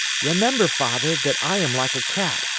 remember, father, that i am like a cat.